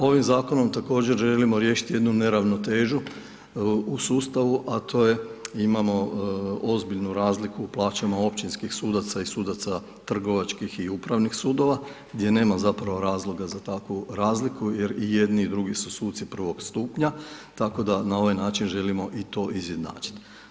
Ovim zakonom također želimo riješiti jednu neravnotežu u sustavu, a to je, imamo ozbiljnu razliku u plaćama općinskih sudaca i sudaca trgovačkih i upravnih sudova, gdje nema zapravo razloga za takvu razliku jer i jedni i drugi su suci prvog stupnja, tako da na ovaj način želimo i to izjednačiti.